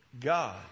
God